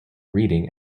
reading